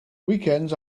weekends